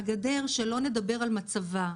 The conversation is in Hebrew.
הגדר שלא נדבר על מצבה.